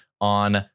on